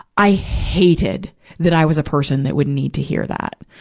i hated that i was a person that would need to hear that.